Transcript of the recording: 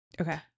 Okay